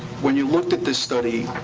when you looked at the study,